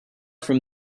from